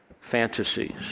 fantasies